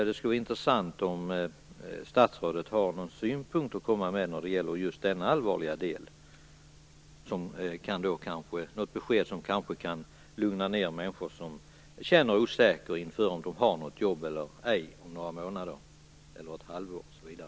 Det skulle vara intressant om statsrådet har någon synpunkt att komma med när det gäller denna allvarliga del. Hon har kanske något besked som kan lugna människor som är känner osäkerhet över om de har något jobb eller ej inom några månader eller ett halvår.